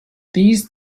these